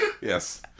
Yes